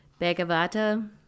Bhagavata